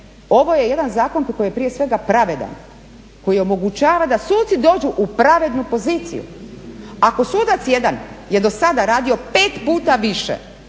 ovo je jedan zakon koji je prije svega pravedan, koji omogućava da suci dođu u pravednu poziciju. Ako sudac jedan je do sada radio pet puta više